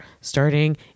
starting